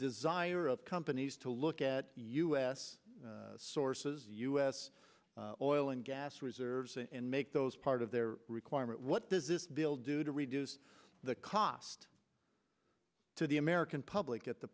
desire of companies to look at u s sources u s oil and gas reserves and make those part of their requirement what does this deal do to reduce the cost to the american public